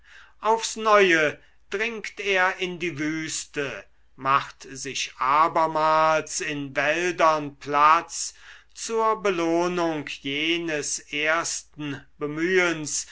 aufs neue dringt er in die wüste macht sich abermals in wäldern platz zur belohnung jenes ersten bemühens